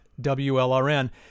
WLRN